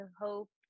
hope